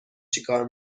چیکار